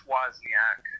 Wozniak